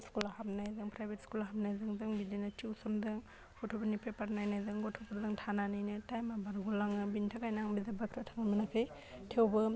स्कुलाव हाबनायजों प्राइभेट स्कुलाव हाबनायजों बिदिनो टिउसनदों गथ'फोरनि पेपार नायनायजों गथ'फोरजों थानानैनो टाइमा बारग' लाङो बेनि थाखायनो आं बिजाब बाख्रियाव थांनो मोनाखै थेवबो